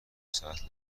ساعت